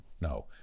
no